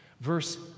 Verse